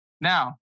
Now